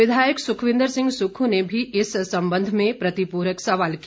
विधायक सुखविंद्र सिंह सुक्खू ने भी इस संबंध में प्रतिपूरक सवाल किया